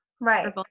Right